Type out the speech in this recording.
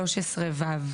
13 ו'.